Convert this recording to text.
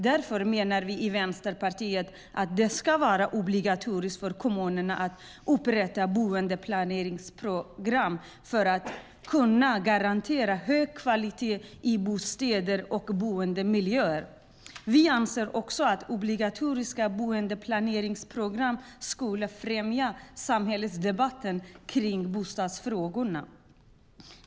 Vänsterpartiet menar dock att det ska vara obligatoriskt för kommunerna att upprätta boendeplaneringsprogram för att kunna garantera hög kvalitet på bostäder och boendemiljöer. Vi anser också att obligatoriska boendeplaneringsprogram skulle främja samhällsdebatten om bostadsfrågor.